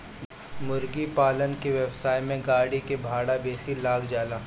मुर्गीपालन के व्यवसाय में गाड़ी के भाड़ा बेसी लाग जाला